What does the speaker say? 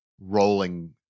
rolling